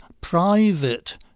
private